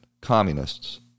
communists